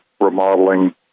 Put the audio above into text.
remodeling